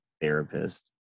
therapist